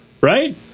right